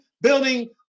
building